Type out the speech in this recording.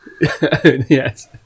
Yes